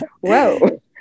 whoa